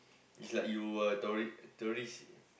it's like you a tourist tourist